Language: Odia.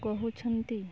କହୁଛନ୍ତି